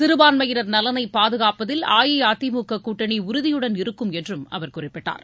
சிறபான்மையினர் நலனை பாதுகாப்பதில் அஇஅதிமுக கூட்டணி உறுதியுடன் இருக்கும் என்றும் அவர் குறிப்பிட்டார்